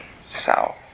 south